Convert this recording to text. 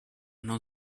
non